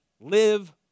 live